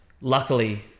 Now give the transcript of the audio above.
Luckily